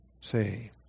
Say